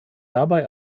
dabei